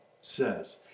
says